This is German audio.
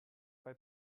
bei